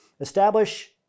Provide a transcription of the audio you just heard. Establish